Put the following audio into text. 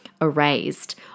erased